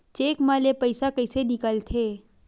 Cheque म ले पईसा कइसे निकलथे?